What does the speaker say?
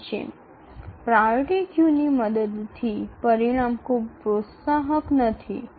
এমনকি অগ্রাধিকারের সারি ব্যবহার করা ফলাফল খুব উত্সাহজনক নয়